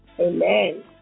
Amen